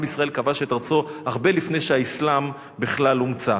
עם ישראל כבש את ארצו הרבה לפני שהאסלאם בכלל הומצא.